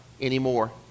anymore